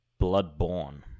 bloodborne